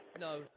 No